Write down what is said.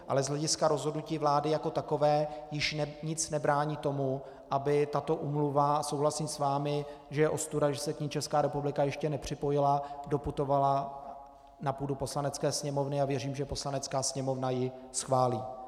Ale z hlediska rozhodnutí vlády jako takové již nic nebrání tomu, aby tato úmluva souhlasím s vámi, že je ostuda, že se k ní Česká republika ještě nepřipojila doputovala na půdu Poslanecké sněmovny, a věřím, že Poslanecká sněmovna ji schválí.